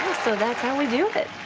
so that's how we do it.